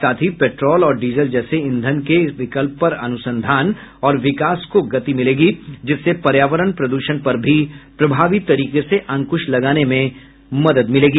साथ ही पेट्रोल और डीजल जैसे ईंधनों के विकल्प पर अनुसंधान और विकास को गति मिलेगी जिससे पर्यावरण प्रद्रषण पर भी प्रभावी तरीके से अंकुश लगाने में मदद मिलेगी